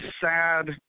sad